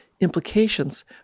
implications